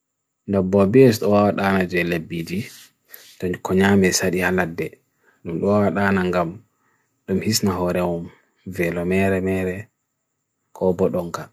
Ndaw bwabi est owad anadzele bidi, dun konyame sadi anadzele. Ndaw owad anangam ndum hisnahore om velomere mere kobodonga.